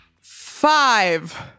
Five